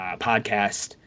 podcast